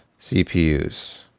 CPUs